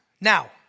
Now